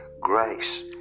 grace